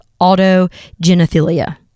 autogenophilia